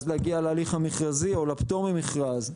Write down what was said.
אז להגיע להליך המכרזי או לפטור ממכרז.